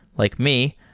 like me,